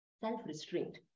Self-restraint